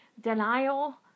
denial